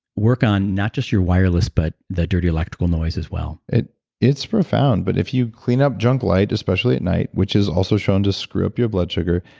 work on not just your wireless but the dirty electrical noise as well it's profound, but if you clean up junk light, especially at night, which is also shown to screw up your blood sugar.